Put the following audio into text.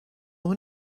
noch